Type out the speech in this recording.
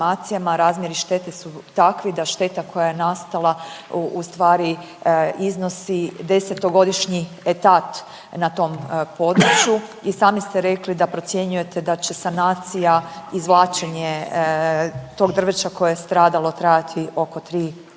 razmjeri štete su takvi da šteta koja je nastala ustvari iznosi 10-godišnji etat na tom području i sami ste rekli da procjenjujete da će sanacija, izvlačenje tog drveća koje je stradalo trajati oko 3.g.,